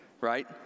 right